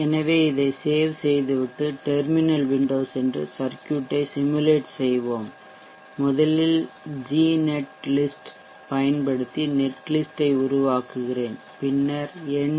எனவே இதை save செய்து விட்டு டெர்மினல் விண்டோ சென்று சர்க்யூட் ஐ சிமுலேட் செய்வோம் முதலில் Gnetlist பயன்படுத்தி நெட்லிஸ்ட்டை உருவாக்குகிறேன் பின்னர் ngspicebuck